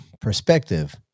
perspective